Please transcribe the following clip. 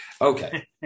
okay